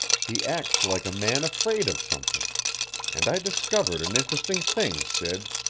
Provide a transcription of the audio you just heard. he acts like a man afraid of something and i discovered an interesting thing, sid.